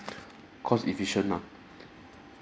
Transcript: cost-efficient ah